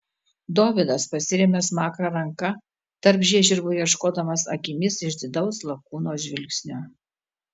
dovydas pasiremia smakrą ranka tarp žiežirbų ieškodamas akimis išdidaus lakūno žvilgsnio